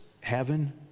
heaven